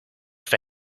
for